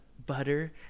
butter